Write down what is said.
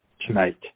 tonight